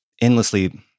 endlessly